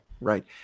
right